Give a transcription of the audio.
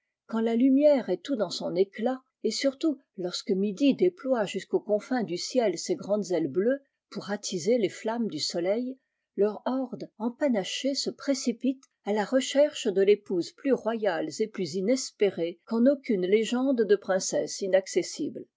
quand la lumière est dans tout son éclat et surtout lorsque midi déploie jusqu'aux confins du ciel ses grandes ailes bleues pour attiser les flammes du soleil leur horde empanachée se précipite à la recherche de l'épouse plus royale et plus inespérée qu'en aucune légende de princesse inaccessible